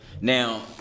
Now